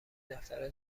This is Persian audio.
دفتر